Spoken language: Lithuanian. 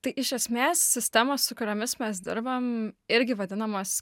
tai iš esmės sistemos su kuriomis mes dirbam irgi vadinamos